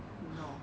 no